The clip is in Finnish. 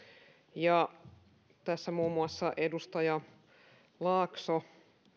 ja tässä muun muassa edustaja laakso